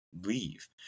leave